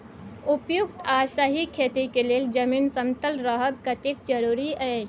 उपयुक्त आ सही खेती के लेल जमीन समतल रहब कतेक जरूरी अछि?